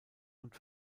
und